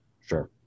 Sure